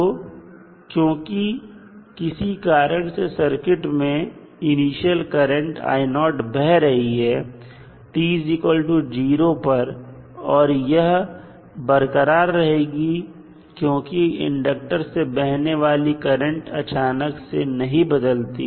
तो क्योंकि किसी कारण से सर्किट में इनिशियल करंट बह रही है t0 पर और यह बरकरार रहेगी क्योंकि इंडक्टर से बहने वाली करंट अचानक से नहीं बदलती